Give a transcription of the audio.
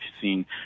seen